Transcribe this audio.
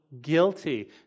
guilty